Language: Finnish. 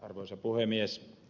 arvoisa puhemies